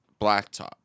Blacktop